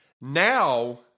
Now